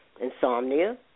insomnia